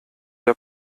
der